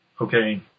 Okay